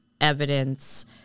evidence